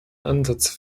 ansatz